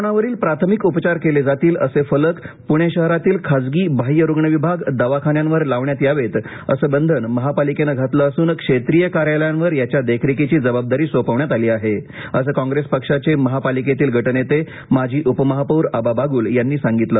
कोरोनावरील प्राथमिक उपचार केले जातील असे फलक पूणे शहरातील खासगी बाह्य रुग्ण विभाग दवाखान्यांवरही लावण्यात यावेत असे बंधन महापालिकेने घातले असून क्षेत्रीय कार्यालयांवर याच्या देखरेखीची जबाबदारी सोपविण्यात आली आहे असे काँग्रेस पक्षाचे महापालिकेतील गटनेते माजी उपमहापौर आबा बागूल यांनी सांगितले